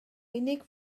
unig